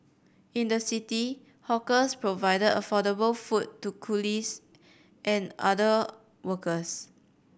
in the city hawkers provide affordable food to coolies and other workers